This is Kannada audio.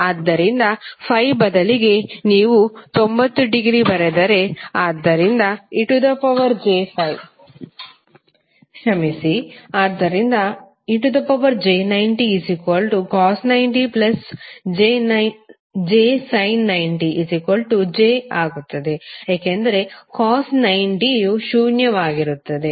ಆದ್ದರಿಂದ ∅ ಬದಲಿಗೆ ನೀವು 90 ಡಿಗ್ರಿ ಬರೆದರೆ ಆದ್ದರಿಂದ ej90cos90jsin90j ಆಗುತ್ತದೆ ಏಕೆಂದರೆ ಕಾಸ್ 90ಯು ಶೂನ್ಯವಾಗಿರುತ್ತದೆ